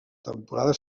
temporada